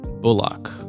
Bullock